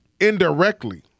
indirectly